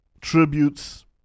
Tributes